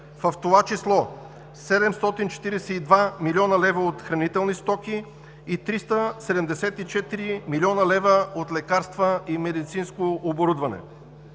в това число 742 млн. лв. от хранителни стоки и 374 млн. лв. от лекарства и медицинско оборудване,